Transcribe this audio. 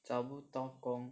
找不到工